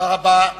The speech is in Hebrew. תודה רבה.